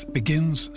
begins